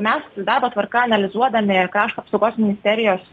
mes darbo tvarką analizuodami krašto apsaugos ministerijos